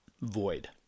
void